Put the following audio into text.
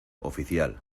oficial